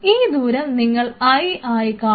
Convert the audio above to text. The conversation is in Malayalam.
ഈ ദൂരം നിങ്ങൾ l ആയി കാണുന്നു